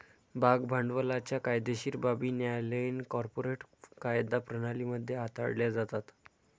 भाग भांडवलाच्या कायदेशीर बाबी न्यायालयीन कॉर्पोरेट कायदा प्रणाली मध्ये हाताळल्या जातात